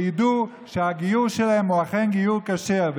שידעו שהגיור שלהם הוא אכן גיור כשר.